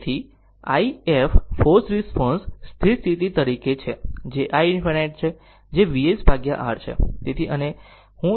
તેથી i f forced response response સ્થિર સ્થિતિ છે કે જે iinfinity છે જે VsR છે